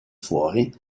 fuori